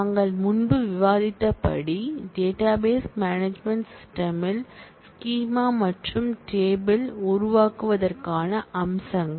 நாங்கள் முன்பு விவாதித்தபடி டேட்டாபேஸ் மேனேஜ்மென்ட் சிஸ்டம் ல் ஸ்கீமா மற்றும் டேபிள் உருவாக்குவதற்கான அம்சங்கள்